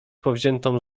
powziętą